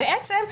בעצם,